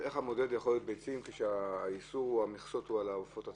המדד יכול להיות ביצים כשהמכסות הן על העופות עצמם?